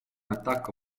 attacco